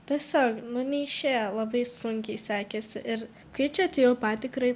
tiesiog nu neišėjo labai sunkiai sekėsi ir kai čia atėjau patikrai